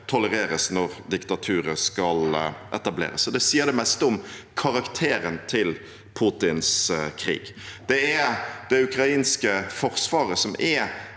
tolereres når diktaturer skal etablere seg. Det sier det meste om karakteren til Putins krig. Det ukrainske forsvaret er